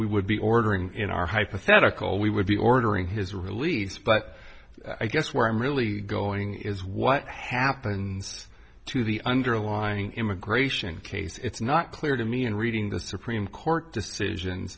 we would be ordering in our hypothetical we would be ordering his release but i guess where i'm really going is what happened to the underlying immigration case it's not clear to me in reading the supreme court decisions